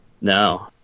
No